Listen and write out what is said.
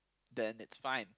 then it's fine